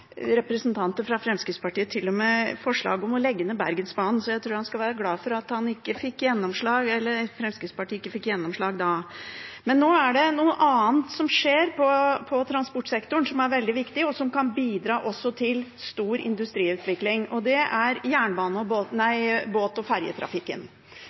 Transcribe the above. representanter fra Fremskrittspartiet til og med forslag om å legge ned Bergensbanen. Jeg tror han skal være glad for at Fremskrittspartiet ikke fikk gjennomslag da. Nå er det noe annet som skjer på transportsektoren som er veldig viktig, og som også kan bidra til stor industriutvikling. Det gjelder båt- og